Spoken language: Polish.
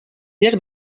jak